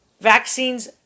vaccines